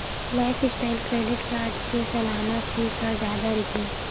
lifestyle credit card के सलाना fees ह जादा रहिथे